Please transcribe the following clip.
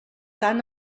tan